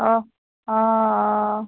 অঁ অঁ